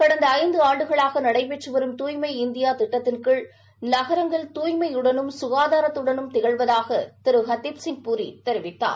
கடந்த ஐந்து ஆண்டுகளாக நடைபெற்றுவ வரும் தூய்மை இந்தியா திட்டத்தின் கீழ் நகரங்கள் தூய்மையுடனும் சுகாதாரத்துடனும் திகழ்வதாக திரு ஹர்தீப் சிங் பூரி தெரிவித்தார்